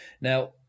now